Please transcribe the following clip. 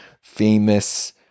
famous